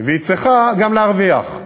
והיא צריכה גם להרוויח.